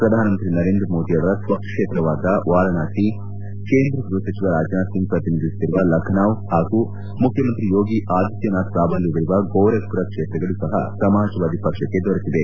ಪ್ರಧಾನಮಂತ್ರಿ ನರೇಂದ್ರ ಮೋದಿ ಅವರ ಸ್ವಕ್ಷೇತ್ರವಾದ ವಾರಾಣಸಿ ಕೇಂದ್ರ ಗೃಪ ಸಚಿವ ರಾಜನಾಥ್ ಸಿಂಗ್ ಪ್ರತಿನಿಧಿಸುತ್ತಿರುವ ಲಖನೌ ಹಾಗೂ ಮುಖ್ಯಮಂತ್ರಿ ಯೋಗಿ ಆದಿತ್ಯನಾಥ್ ಪ್ರಾಬಲ್ಯವಿರುವ ಗೋರಖ್ಪುರ ಕ್ಷೇತ್ರಗಳು ಸಪ ಸಮಾಜವಾದಿ ಪಕ್ಷಕ್ಕೆ ದೊರೆತಿವೆ